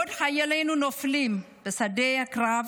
בעוד חיילינו נופלים בשדה הקרב,